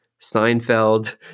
Seinfeld